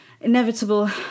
inevitable